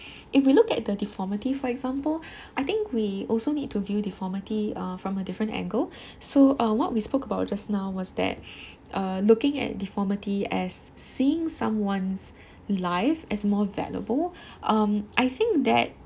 if we look at the deformity for example I think we also need to view deformity uh from a different angle so uh what we spoke about just now was that uh looking at deformity as seeing someone's life as more valuable um I think that